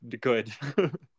good